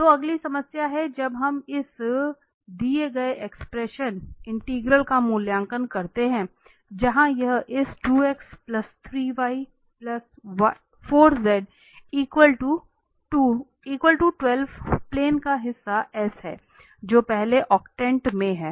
तो अगली समस्या में जब हम इस इंटीग्रल का मूल्यांकन करना चाहते हैं जहां यह इस प्लेन का हिस्सा S है जो पहले ऑक्टेंट में है